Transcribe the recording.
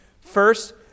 First